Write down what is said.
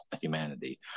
humanity